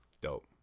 Dope